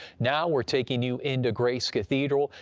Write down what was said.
now we're taking you into grace cathedral!